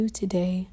today